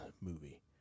movie